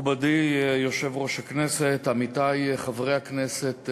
מכובדי יושב-ראש הכנסת, עמיתי חברי הכנסת,